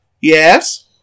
Yes